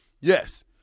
Yes